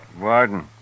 Warden